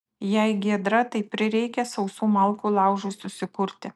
jei giedra tai prireikia sausų malkų laužui susikurti